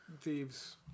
thieves